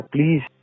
Please